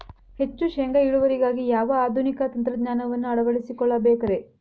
ಹೆಚ್ಚು ಶೇಂಗಾ ಇಳುವರಿಗಾಗಿ ಯಾವ ಆಧುನಿಕ ತಂತ್ರಜ್ಞಾನವನ್ನ ಅಳವಡಿಸಿಕೊಳ್ಳಬೇಕರೇ?